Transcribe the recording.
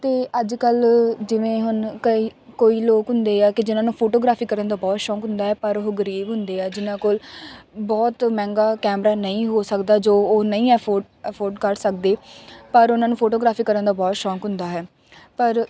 ਅਤੇ ਅੱਜ ਕੱਲ੍ਹ ਜਿਵੇਂ ਹੁਣ ਕਈ ਕੋਈ ਲੋਕ ਹੁੰਦੇ ਆ ਕਿ ਜਿਹਨਾਂ ਨੂੰ ਫੋਟੋਗ੍ਰਾਫੀ ਕਰਨ ਦਾ ਬਹੁਤ ਸ਼ੌਕ ਹੁੰਦਾ ਪਰ ਉਹ ਗਰੀਬ ਹੁੰਦੇ ਆ ਜਿਹਨਾਂ ਕੋਲ ਬਹੁਤ ਮਹਿੰਗਾ ਕੈਮਰਾ ਨਹੀਂ ਹੋ ਸਕਦਾ ਜੋ ਉਹ ਨਹੀਂ ਅਫੋ ਅਫੋਡ ਕਰ ਸਕਦੇ ਪਰ ਉਹਨਾਂ ਨੂੰ ਫੋਟੋਗ੍ਰਾਫੀ ਕਰਨ ਦਾ ਬਹੁਤ ਸ਼ੌਕ ਹੁੰਦਾ ਹੈ ਪਰ